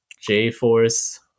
J-Force